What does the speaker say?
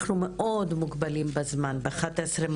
אנחנו מאוד מוגבלים בזמן ובשעה 11:00